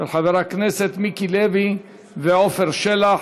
של חבר הכנסת מיקי לוי ועפר שלח.